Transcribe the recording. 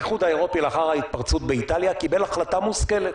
לאחר ההתפרצות באיטליה האיחוד האירופי קיבל החלטה מושכלת,